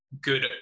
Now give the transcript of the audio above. good